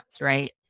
right